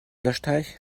löschteich